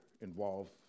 involved